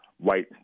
white